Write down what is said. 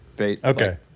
Okay